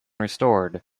restored